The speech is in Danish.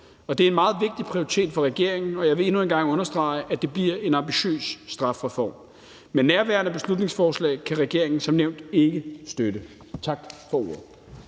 Det er en meget vigtig prioritet for regeringen, og jeg vil endnu en gang understrege, at det bliver en ambitiøs strafreform. Men nærværende beslutningsforslag kan regeringen som nævnt ikke støtte.